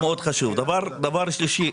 דבר שלישי,